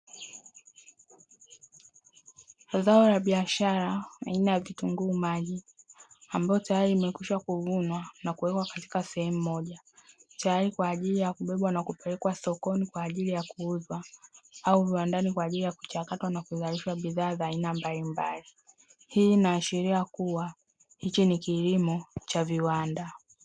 Zao la biashara aina ya vitunguu maji ambalo tayari limekwisha kuvunwa na kuweka katika sehemu moja, tayari kwa ajili ya kubebwa na kupelekwa sokoni kwa ajili ya kuuzwa au viwandani kwa ajili ya kuchakatwa na kuzalishwa bidhaa za aina mbalimbali. Hii inaashiria kuwa hiki ni kilimo cha viwanda.